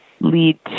lead